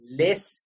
less